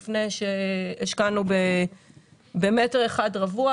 לפני שהשקענו במטר אחד רבוע.